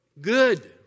good